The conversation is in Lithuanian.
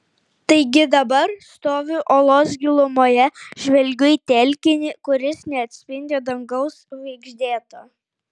taigi dabar stoviu olos gilumoje žvelgiu į telkinį kuris neatspindi dangaus žvaigždėto